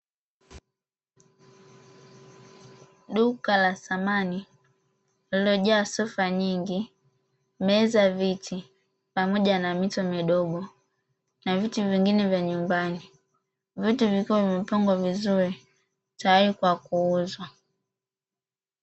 Duka la samani lililojaa sofa nyingi, meza, viti, pamoja na mito midogo na viti vingine vya nyumbani, viti vikiwa vimepangwa vizuri tayari kwa kuuzwa.